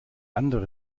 andere